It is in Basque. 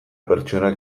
pertsonak